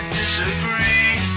disagree